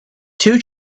two